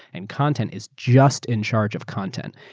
and content is just in charge of content.